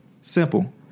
Simple